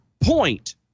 point